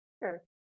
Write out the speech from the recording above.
Sure